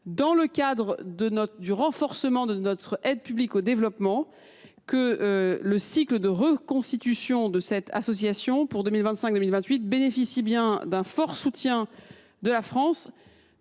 Dans le cadre du renforcement de notre aide publique au développement, nous devons veiller à ce que le cycle de reconstitution de cette association pour 2025 2028 bénéficie d’un fort soutien de la France.